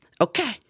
Okay